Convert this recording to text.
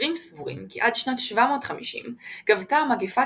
חוקרים סבורים כי עד שנת 750 גבתה המגפה